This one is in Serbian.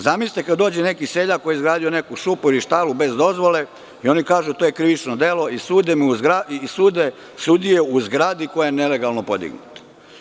Zamislite kada dođe neki seljak koji je izgradio neku šupu ili štalu bez dozvole i oni kažu – to je krivično delo i sude sudije u zgradi koja je nelegalno podignuta.